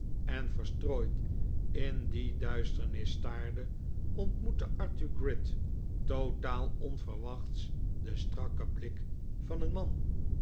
en verstrooid in die duisterhis staarde ontmoette arthur gride totaal onverwachts den strakken blik van een man